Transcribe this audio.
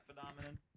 phenomenon